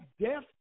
death